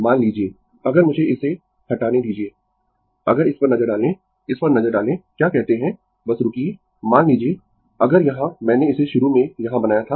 मान लीजिए अगर मुझे इसे हटाने दीजिये अगर इस पर नजर डालें इस पर नजर डालें क्या कहते है बस रूकिये मान लीजिए अगर यहाँ मैंने इसे शुरू में यहाँ बनाया था